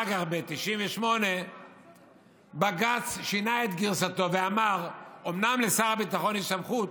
ואחר כך ב-1998 בג"ץ שינה את גרסתו ואמר: אומנם לשר הביטחון יש סמכות,